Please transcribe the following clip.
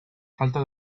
falta